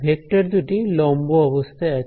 vector দুটি লম্ব অবস্থায় আছে